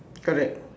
correct